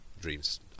dreams